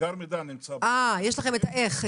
יש לכם את הדרך,